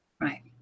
Right